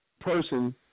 person